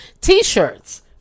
t-shirts